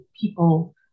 people